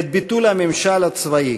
את ביטול הממשל הצבאי,